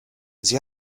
sie